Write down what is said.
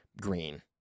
green